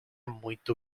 muito